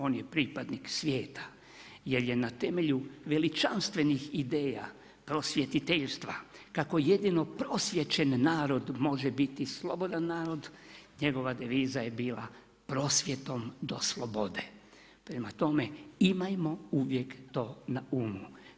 On je pripadnik svijeta, jer je na temelju veličanstvenih ideja, prosvjetiteljstva, kako jedino prosječen narod može biti slobodan narod, njegova deviza je bila prosvjetom do slobode, prema tome, imajmo uvijek to na umu.